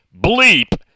bleep